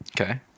okay